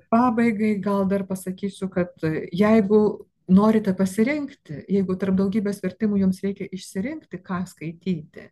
pabaigai gal dar pasakysiu kad jeigu norite pasirinkti jeigu tarp daugybės vertimų jums reikia išsirinkti ką skaityti